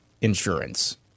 insurance